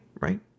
Right